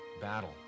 battle